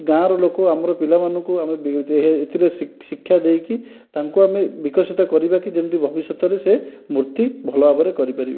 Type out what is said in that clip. ଗାଁର ଲୋକ ଆମର ପିଲାମାନଙ୍କୁ ଆମେ ଏଥିରେ ଶିକ୍ଷା ଦେଇକି ତାଙ୍କୁ ଆମେ ବିକଶିତ କରିବା କି ଯେମିତି ଭବିଷ୍ୟତରେ ସେ ମୂର୍ତ୍ତି ଭଲ ଭାବରେ କରିପାରିବେ